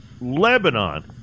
Lebanon